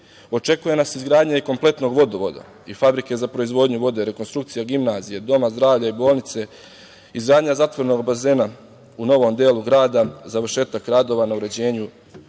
svrhe. Očekuje nas izgradnja i kompletnog vodovoda i fabrike za proizvodnju vode, rekonstrukcija gimnazije, doma zdravlja i bolnice, izgradnja zatvorenog bazena u novom delu grada, završetak radova na uređenju